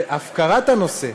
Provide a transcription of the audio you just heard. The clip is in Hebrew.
והפקרת הנושא